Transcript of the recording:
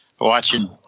watching